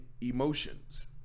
emotions